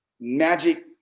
magic